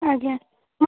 ଆଜ୍ଞା ହଁ